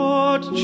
Lord